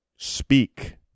speak